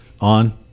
on